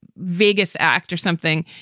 vegas act or something.